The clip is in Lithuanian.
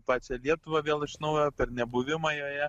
pačią lietuvą vėl iš naujo per nebuvimą joje